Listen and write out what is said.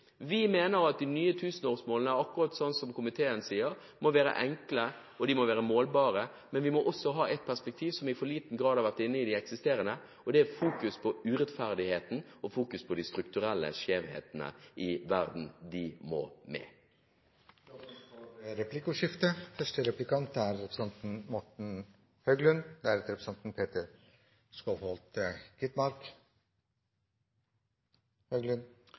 Vi mener at de nye tusenårsmålene – akkurat som komiteen sier – må være enkle, og de må være målbare, men vi må også ha et perspektiv som i for liten grad har vært inne i de eksisterende, og det er å fokusere på urettferdighet og strukturelle skjevheter i verden. Dette må med. Det blir replikkordskifte. Intern effektivisering i alle organisasjonene er